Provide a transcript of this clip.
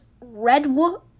Redwood